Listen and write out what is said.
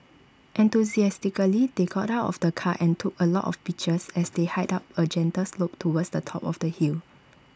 enthusiastically they got out of the car and took A lot of pictures as they hiked up A gentle slope towards the top of the hill